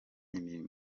imirimo